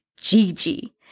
Gigi